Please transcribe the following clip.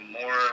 more